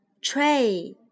tray